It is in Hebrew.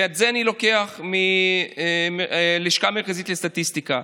ואת זה אני לוקח מהלשכה המרכזית לסטטיסטיקה,